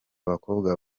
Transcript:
bakobwa